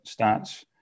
stats